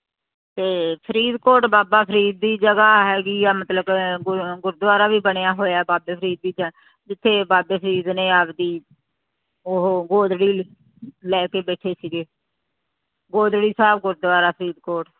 ਅਤੇ ਫਰੀਦਕੋਟ ਬਾਬਾ ਫਰੀਦ ਦੀ ਜਗ੍ਹਾ ਹੈਗੀ ਆ ਮਤਲਬ ਗੁਰਦੁਆਰਾ ਵੀ ਬਣਿਆ ਹੋਇਆ ਬਾਬੇ ਫਰੀਦ ਦੀ ਜਿੱਥੇ ਬਾਬੇ ਫਰੀਦ ਨੇ ਆਪਣੀ ਉਹ ਗੋਦੜੀ ਲੈ ਕੇ ਬੈਠੇ ਸੀਗੇ ਗੋਦੜੀ ਸਾਹਿਬ ਗੁਰਦੁਆਰਾ ਫਰੀਦਕੋਟ